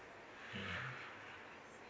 mmhmm